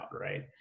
right